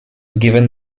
given